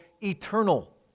eternal